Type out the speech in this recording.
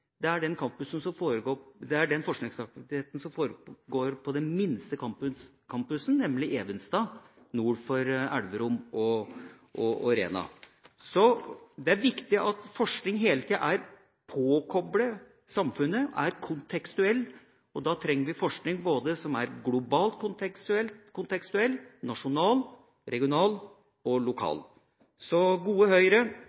innlandsuniversitetet, er den campusen med størst forskningsaktivitet den minste campusen, nemlig Evenstad nord for Elverum og Rena. Det er viktig at forskning hele tida er påkoblet samfunnet og er kontekstuell, og da trenger vi forskning som både er globalt, nasjonalt, regionalt og lokalt kontekstuell.